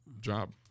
job